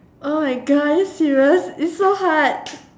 oh my god are you serious its so hard